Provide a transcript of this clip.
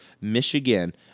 Michigan